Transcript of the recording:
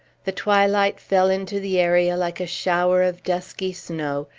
the twilight fell into the area like a shower of dusky snow,